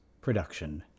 production